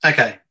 Okay